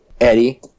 Eddie